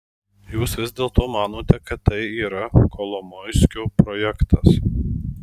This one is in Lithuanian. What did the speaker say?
jūs vis dėlto manote kad tai yra kolomoiskio projektas